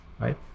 right